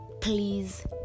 please